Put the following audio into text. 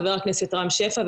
ח"כ רם שפע,